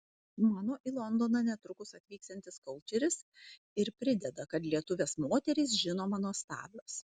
mano į londoną netrukus atvyksiantis koučeris ir prideda kad lietuvės moterys žinoma nuostabios